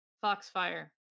Foxfire